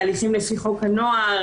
בהליכים לפי חוק הנוער.